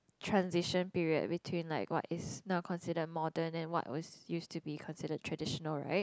transition period between like what is not considered modern and what was used to be considered traditional right